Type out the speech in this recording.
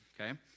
Okay